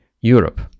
Europe